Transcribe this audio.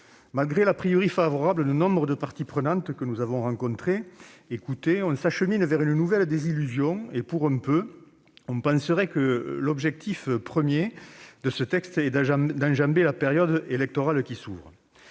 Malgré l'favorable de nombre de parties prenantes, on s'achemine vers une nouvelle désillusion. Pour un peu, on penserait que l'objectif premier de ce texte est d'enjamber la période électorale qui s'ouvre